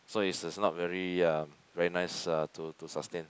so is is not very uh very nice uh to to sustain